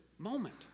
moment